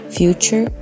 future